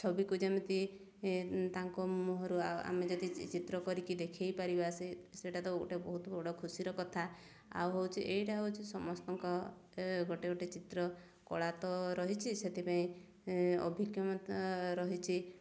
ଛବିକୁ ଯେମିତି ତାଙ୍କ ମୁହଁରୁ ଆମେ ଯଦି ଚିତ୍ର କରିକି ଦେଖେଇ ପାରିବା ସେଇଟା ତ ଗୋଟେ ବହୁତ ବଡ଼ ଖୁସିର କଥା ଆଉ ହେଉଛିଏଇଟା ହେଉଛି ସମସ୍ତଙ୍କ ଗୋଟେ ଗୋଟେ ଚିତ୍ର କଳା ତ ରହିଛି ସେଥିପାଇଁ ଅଭିଜ୍ଞମତା ରହିଛି